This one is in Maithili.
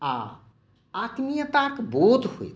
आ आत्मीयताक बोध होइत छै